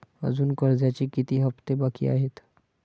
अजुन कर्जाचे किती हप्ते बाकी आहेत?